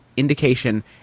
Indication